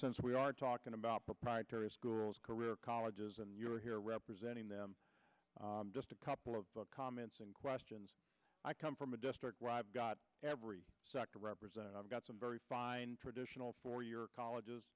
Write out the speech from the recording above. since we are talking about proprietary schools career colleges and you're here representing them just a couple of comments and questions i come from a district where i've got every sector represented i've got some very traditional four year college